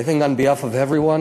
I think, on behalf of everyone.